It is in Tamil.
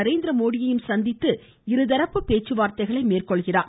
நரேந்திரமோடி யையும் சந்தித்து இருதரப்பு பேச்சுவார்த்தைகளை மேற்கொள்கிறார்